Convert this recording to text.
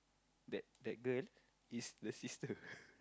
that that girl is the sister